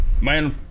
Man